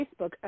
Facebook